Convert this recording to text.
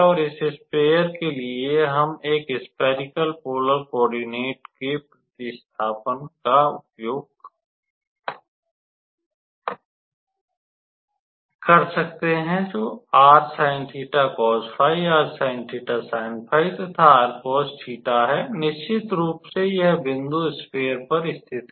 और इस स्फेयर के लिए हम इस स्फेरिकल पोलर कोओर्डिनट के प्रतिस्थापन का उपयोग कर सकते हैं जोकि तथा है निश्चित रूप से यह बिंदु स्फेयर पर स्थित है